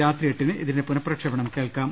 രാത്രി എട്ടിന് ഇതിന്റെ പുനഃപ്രക്ഷേപണം കേൾക്കാം